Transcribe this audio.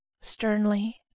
sternly